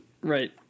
right